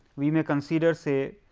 we may consider say